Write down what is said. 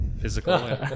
Physical